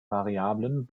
variablen